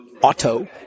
auto